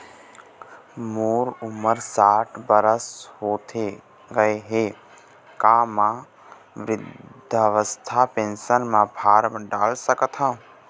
मोर उमर साठ बछर होथे गए हे का म वृद्धावस्था पेंशन पर फार्म डाल सकत हंव?